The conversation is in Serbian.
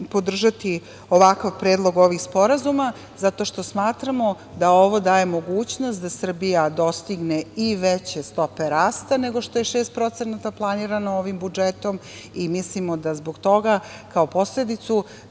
podržati ovakav predlog ovih sporazuma, zato što smatramo da ovo daje mogućnost da Srbija dostigne i veće stope rasta, nego što je 6% planirano ovim budžetom i mislimo da zbog toga kao posledicu